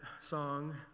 song